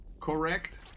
correct